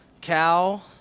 cow